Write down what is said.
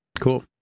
cool